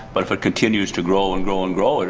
but if it continues to grow and grow and grow,